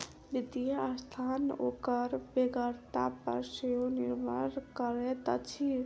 वित्तीय संस्था ओकर बेगरता पर सेहो निर्भर करैत अछि